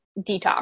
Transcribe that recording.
detox